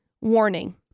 warning